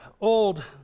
old